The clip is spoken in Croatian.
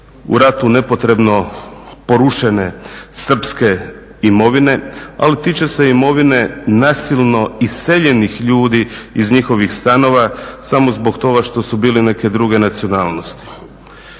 u ratu nepotrebno porušene srpske imovine, ali tiče se i imovine nasilno iseljenih ljudi iz njihovih stanova samo zbog toga što su bili neke druge nacionalnosti.